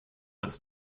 das